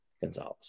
Gonzalez